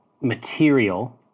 material